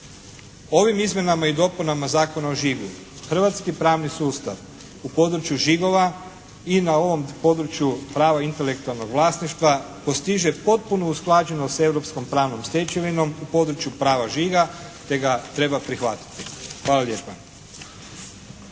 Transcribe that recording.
Ovim Izmjenama i dopunama zakona o žigu hrvatski pravni sustav u području žigova i na ovom području prava intelektualnog vlasništva postiže potpunu usklađenost s europskom pravnom stečevinom u području prava žiga te ga treba prihvatiti. Hvala lijepa.